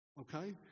okay